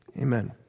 amen